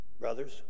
brothers